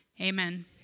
Amen